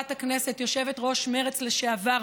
יושבת-ראש מרצ לשעבר,